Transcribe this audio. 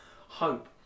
hope